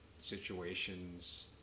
situations